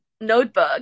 notebook